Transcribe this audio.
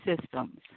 systems